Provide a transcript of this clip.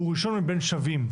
הוא ראשון מבין שווים.